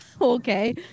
okay